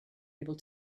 able